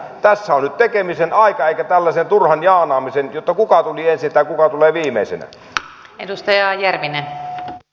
tässä on nyt tekemisen aika eikä tällaisen turhan jaanaamisen jotta kuka tuli ensin tai kuka tulee viimeisenä